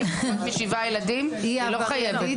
היא עם פחות משבעה ילדים, היא לא חייבת.